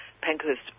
Pankhurst